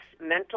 mental